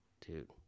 Dude